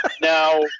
Now